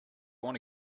wanna